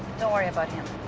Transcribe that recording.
don't worry about him.